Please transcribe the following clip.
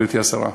גברתי השרה,